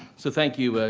so thank you.